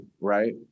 right